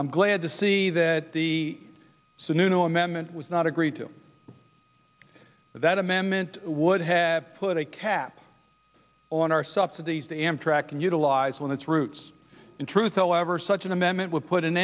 i'm glad to see that the sununu amendment was not agreed to that amendment would have put a cap on our subsidies to amtrak and utilized on its roots in truth however such an amendment would put an